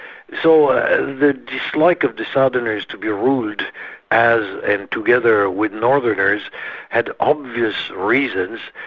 so the dislike of the southerners to be ruled as and together with northerners had obvious reasons.